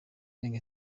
irenga